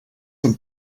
them